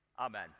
Amen